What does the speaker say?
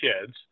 kids